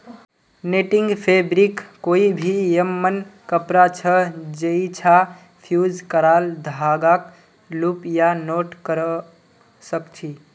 netting fabric कोई भी यममन कपड़ा छ जैइछा फ़्यूज़ क्राल धागाक लूप या नॉट करव सक छी